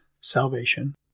salvation